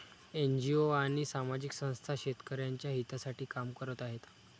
NGO आणि सामाजिक संस्था शेतकऱ्यांच्या हितासाठी काम करत आहेत